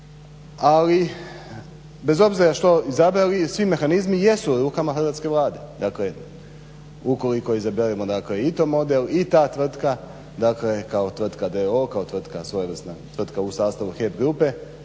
ali bez obzira što izabrali, svi mehanizmi jesu u rukama hrvatske Vlade. Dakle ukoliko izaberemo I TO model i ta tvrtka dakle kao tvrtka d.o.o. kao tvrtka svojevrsna u sastavu HEP grupe